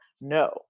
no